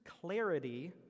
clarity